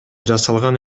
жасалган